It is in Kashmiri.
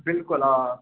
بِلکُل آ